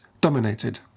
dominated